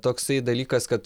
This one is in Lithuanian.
toksai dalykas kad